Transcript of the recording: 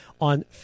on